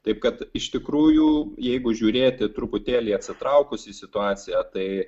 taip kad iš tikrųjų jeigu žiūrėti truputėlį atsitraukus į situaciją tai